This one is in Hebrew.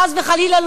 חס וחלילה,